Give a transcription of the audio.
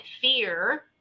fear